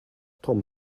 tom